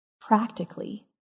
practically